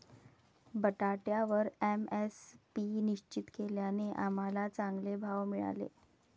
बटाट्यावर एम.एस.पी निश्चित केल्याने आम्हाला चांगले भाव मिळाले